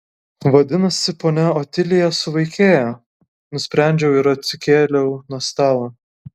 vadinasi ponia otilija suvaikėjo nusprendžiau ir atsikėliau nuo stalo